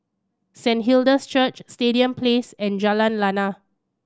Saint Hilda's Church Stadium Place and Jalan Lana